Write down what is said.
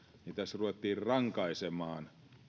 tässä ruvettiin rankaisemaan